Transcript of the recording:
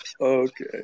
Okay